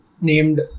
named